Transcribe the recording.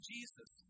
Jesus